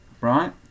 right